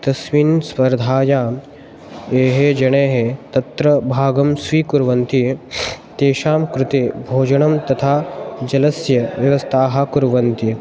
तस्मिन् स्पर्धायां ये जनाः तत्र भागं स्वीकुर्वन्ति तेषां कृते भोजनं तथा जलस्य व्यवस्थाः कुर्वन्ति